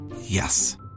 Yes